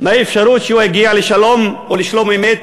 מהאפשרות שהוא יגיע לשלום או לשלום אמת